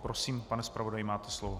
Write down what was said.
Prosím, pane zpravodaji, máte slovo.